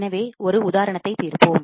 எனவே ஒரு உதாரணத்தை தீர்ப்போம்